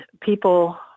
people